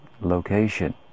location